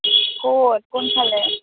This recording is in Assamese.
ক'ত কোনফালে